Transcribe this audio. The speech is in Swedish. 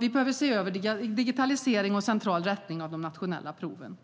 Vi behöver se över digitalisering och central rättning av de nationella proven.